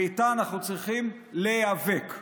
ובה אנחנו צריכים להיאבק.